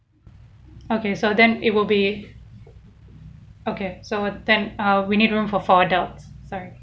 okay so then it will be okay so ten ah we need room for four adults sorry